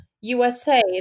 USA